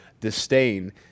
disdain